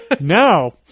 No